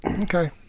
Okay